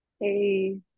Hey